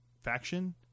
faction